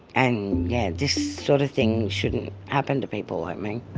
and yeah, this sort of thing shouldn't happen to people like me.